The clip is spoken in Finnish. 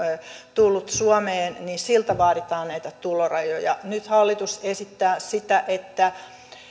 tullut suomeen vaaditaan näitä tulorajoja nyt hallitus esittää sitä että